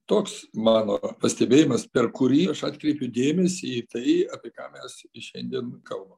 toks mano pastebėjimas per kurį aš atkreipiu dėmesį į tai apie ką mes ir šiandien kalbam